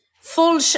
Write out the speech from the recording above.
full